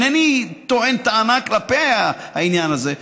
אינני טוען טענה כלפי העניין הזה,